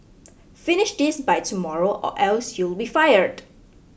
finish this by tomorrow or else you'll be fired